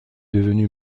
devenu